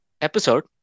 episode